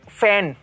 fan